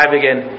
again